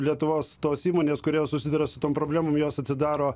lietuvos tos įmonės kurios susiduria su tom problemom jos atidaro